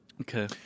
Okay